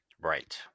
Right